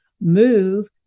move